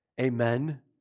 Amen